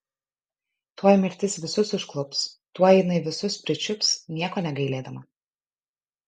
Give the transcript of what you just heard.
tuoj mirtis visus užklups tuoj jinai visus pričiups nieko negailėdama